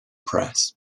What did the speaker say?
press